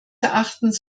erachtens